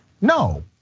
no